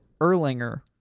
Erlinger